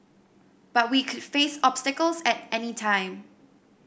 but we could face obstacles at any time